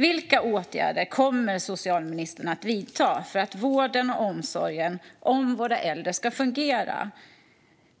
Vilka åtgärder kommer socialministern att vidta för att vården och omsorgen ska fungera för våra äldre,